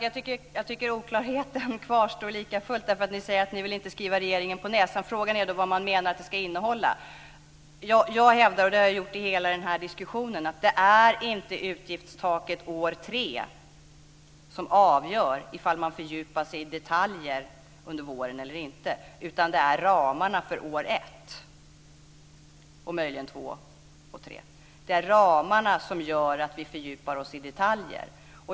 Herr talman! Jag tycker att oklarheten kvarstår. Ni säger att ni inte vill skriva regeringen på näsan. Frågan är vad man menar att det ska innehålla. Jag hävdar, som jag har gjort i hela den här diskussionen, att det inte är utgiftstaket år tre som avgör om man fördjupar sig i detaljer under våren eller inte, utan det är ramarna för år ett och möjligen åren två och tre. Det är ramarna som gör att vi fördjupar oss i detaljer.